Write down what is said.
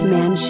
Man